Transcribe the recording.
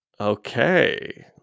okay